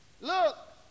Look